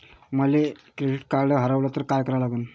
माय credit card हारवलं तर काय करा लागन?